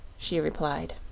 she replied.